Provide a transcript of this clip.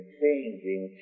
changing